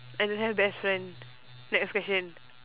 I don't have best friend next question